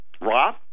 Rob